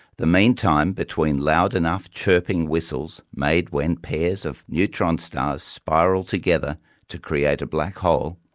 the mean time between loud enough chirping whistles, made when pairs of neutron stars spiral together to create a black hole,